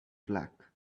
black